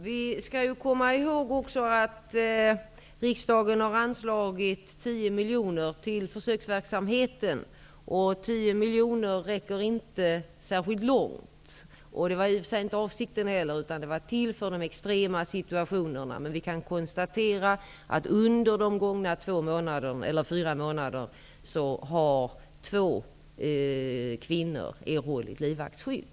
Fru talman! Vi skall komma ihåg att riksdagen har anslagit 10 miljoner kronor till försöksverksamheten. 10 miljoner kronor räcker inte särskilt långt. Det var i och för sig inte heller avsikten. Detta var tänkt för de extrema fallen. Men vi kan konstatera att två kvinnor under de gångna fyra månaderna har erhållit livvaktsskydd.